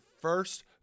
first